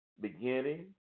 beginning